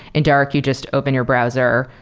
in dark, you just open your browser.